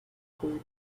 code